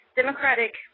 democratic